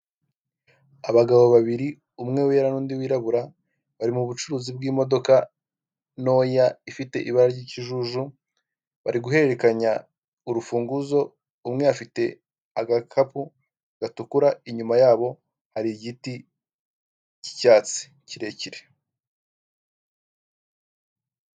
Abagabo babiri umwe wera n'undi wirabura bari mu bucuruzi bw'imodoka ntoya ifite ibara ryikijuju, bari guhererekanya urufunguzo umwe afite agakapu gatukura inyuma yabo hari igiti cy'icyatsi kirekire.